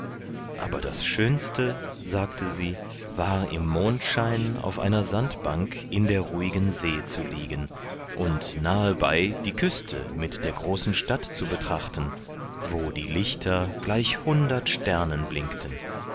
aber das schönste sagte sie war im mondschein auf einer sandbank in der ruhigen see zu liegen und nahebei die küste mit der großen stadt zu betrachten wo die lichter gleich hundert sternen blinkten